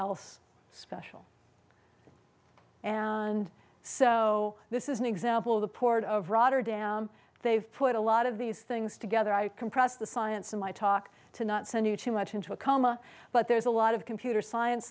else special and so this is an example of the port of rotterdam they've put a lot of these things together i compress the science in my talk to not send you too much into a coma but there's a lot of computer science